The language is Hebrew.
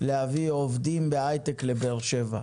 להביא עובדים בהיי-טק לבאר שבע,